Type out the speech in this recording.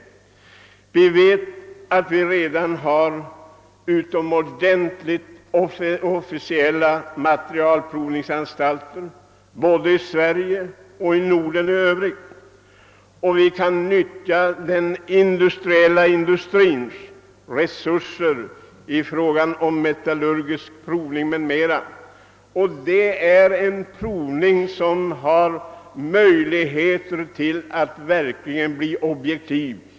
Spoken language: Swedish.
Vi har ju redan utomordentligt goda statliga materialprovningsanstalter såväl i Sverige som i de övriga nordiska länderna. Vi kan också utnyttja industrins resurser då det gäller metallurgisk provning m.m., och en sådan provning kan verkligen bli objektiv.